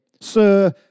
sir